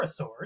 pterosaurs